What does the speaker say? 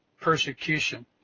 persecution